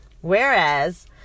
whereas